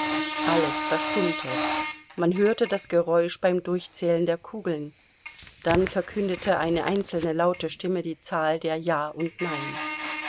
alles verstummte man hörte das geräusch beim durchzählen der kugeln dann verkündete eine einzelne laute stimme die zahl der ja und nein